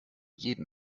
jeden